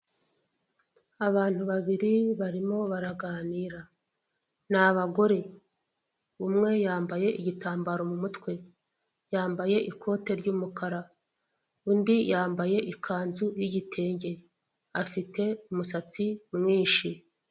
Abantu babiri barimo baraganira ni abagore, umwe yambaye igitambaro mu mutwe, yambaye ikote ry'umukara, undi yambaye ikanzu y'igitenge afite umusatsi mwinshi.